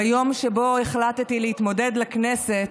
ביום שבו החלטתי להתמודד לכנסת,